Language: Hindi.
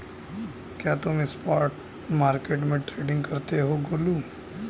क्या तुम स्पॉट मार्केट में ट्रेडिंग करते हो गोलू?